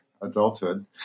adulthood